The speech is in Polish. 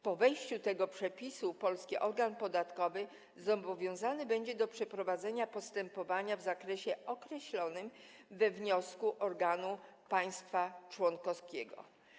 Po wejściu tego przepisu polski organ podatkowy zobowiązany będzie do przeprowadzenia postępowania w zakresie określonym we wniosku organu państwa członkowskiego.